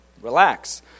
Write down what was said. relax